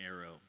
arrow